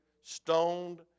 stoned